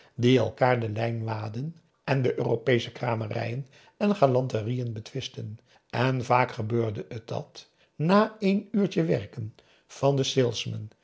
die elkaar de lijnwaden en europeesche kramerijen en galanteriën betwistten en vaak gebeurde het dat na één uurtje werken van den